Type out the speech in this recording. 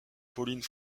pauline